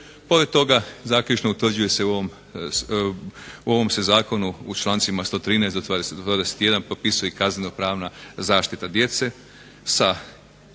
Pored toga zaključno utvrđuje se u ovom zakonu u člancima 113. do 121. propisuje kazneno-pravna zaštita djece sa